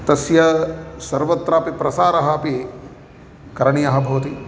तस्य सर्वत्रापि प्रसारः अपि करणीयः भवति